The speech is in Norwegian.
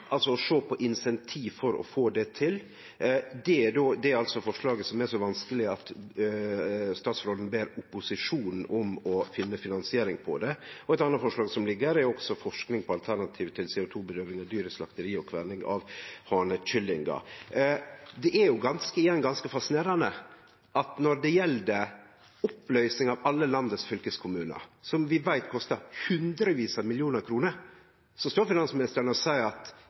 altså å sjå på insentiv for å få det til. Det er altså forslaget som er så vanskeleg at statsråden ber opposisjonen om å finne finansering på det. Og eit anna forslag som ligg her, er forsking på «alternativer til CO 2 -bedøvelse av dyr i slakteri og kverning av hanekyllinger». Det er jo igjen ganske fascinerande at når det gjeld oppløysing av alle fylkeskommunane i landet, som vi veit kostar hundrevis av millionar kroner, står finansministeren og seier at